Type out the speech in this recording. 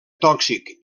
tòxic